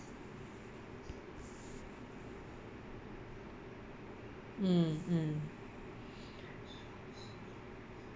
mm mm